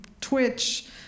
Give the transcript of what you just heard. Twitch